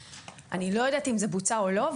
אני לא יודעת אם זה בוצע או לא.